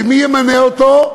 שמי ימנה אותו?